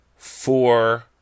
four